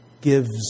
gives